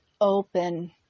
open